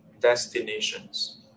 Destinations